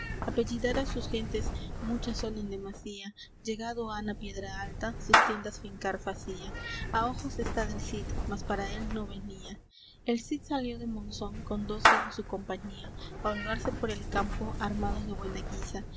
yacía apellidara sus gentes muchas son en demasía llegado han á piedra alta sus tiendas fincar facía á ojos está del cid mas para él no venía el cid salió de monzón con doce en su compañía á holgarse por el campo armados de buena guisa